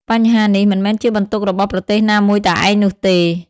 បញ្ហានេះមិនមែនជាបន្ទុករបស់ប្រទេសណាមួយតែឯងនោះទេ។